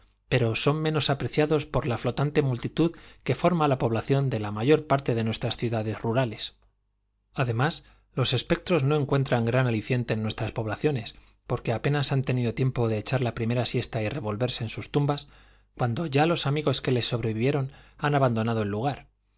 pero son menos apreciados por la flotante multitud que forma la población de la mayor parte de nuestras ciudades rurales además los espectros no encuentran gran aliciente en nuestras poblaciones porque apenas han tenido tiempo de echar la primera siesta y revolverse en sus tumbas cuando ya los amigos que les sobrevivieron han abandonado el lugar